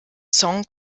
song